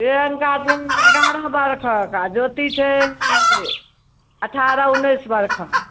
प्रियङ्का छै एगारह बारह सालक आ ज्योति छै अठारह उन्नैस बरषक